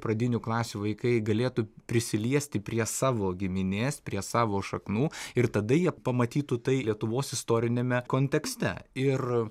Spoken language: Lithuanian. pradinių klasių vaikai galėtų prisiliesti prie savo giminės prie savo šaknų ir tada jie pamatytų tai lietuvos istoriniame kontekste ir